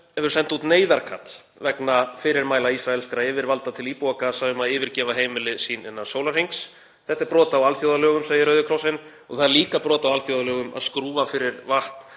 hefur sent út neyðarkall vegna fyrirmæla ísraelskra yfirvalda til íbúa Gaza um að yfirgefa heimili sín innan sólarhrings. Þetta er brot á alþjóðalögum, segir Rauði krossinn. Það er líka brot á alþjóðalögum að skrúfa fyrir vatn,